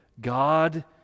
God